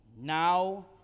Now